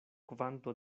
kvanto